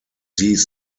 these